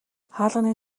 хаалганы